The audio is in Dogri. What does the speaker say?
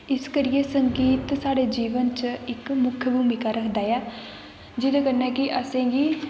इस करियै संगीत साढ़े जीवन च इक मुक्ख भूमिका रखदा ऐ जेह्दे कन्नै कि असें गी